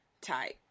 type